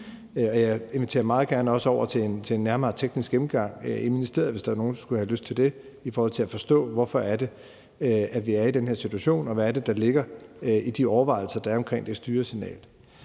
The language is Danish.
jeg inviterer meget gerne også over til en nærmere teknisk gennemgang i ministeriet, hvis der er nogen, der skulle have lyst til det i forhold til at forstå, hvorfor vi er i den her situation, og hvad det er, der ligger i de overvejelser, der er omkring det styresignal.